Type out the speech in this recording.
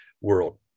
world